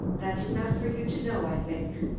that's enough for you to know, i think.